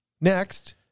Next